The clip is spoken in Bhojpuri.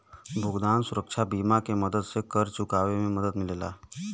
भुगतान सुरक्षा बीमा के मदद से कर्ज़ चुकावे में मदद मिलेला